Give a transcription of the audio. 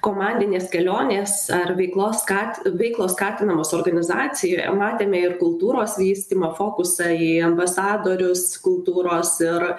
komandinės kelionės ar veiklos skat veiklos skatinamos organizacijoje matėme ir kultūros vystymo fokusą į ambasadorius kultūros ir